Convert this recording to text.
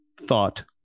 thought